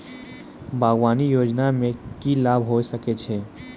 बागवानी योजना मे की लाभ होय सके छै?